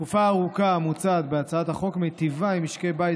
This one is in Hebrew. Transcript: התקופה הארוכה המוצעת בהצעת החוק מיטיבה עם משקי בית